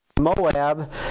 Moab